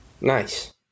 Nice